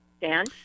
Dan